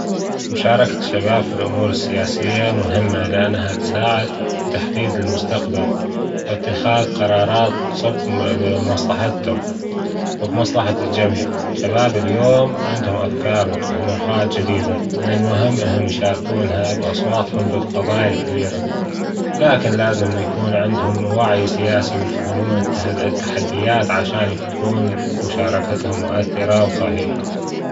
مشاركة الشباب في الأمور السياسية مهمة ،لأنها تساعد تحديد المستقبل وإتخاذ قرارات تصب بمصلحتهم وبمصلحة الجميع، شباب اليوم عندهم افكار وطموحات جديدة، من المهم أنهم يشاركونها بأصواتهم بالقضايا الكبيرة لكن لازم يكون عندهم وعي سياسي ويفهمون التحديات عشان تكون مشاركتها مؤثرة وصحيحة.